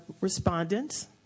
respondents